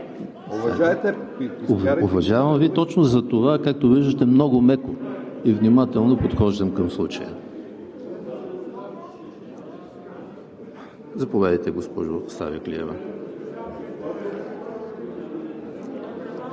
Уважавам Ви точно за това. Както виждате, много меко и внимателно подхождам към случая. Заповядайте, госпожо Савеклиева.